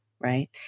right